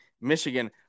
Michigan